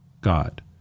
God